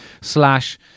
slash